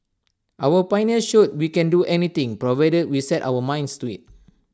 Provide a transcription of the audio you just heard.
our pioneers showed we can do anything provided we set our minds to IT